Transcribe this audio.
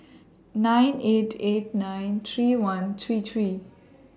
nine eight eight nine three one three three